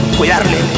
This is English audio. cuidarle